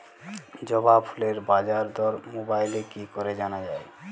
জবা ফুলের বাজার দর মোবাইলে কি করে জানা যায়?